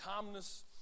calmness